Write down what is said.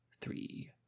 three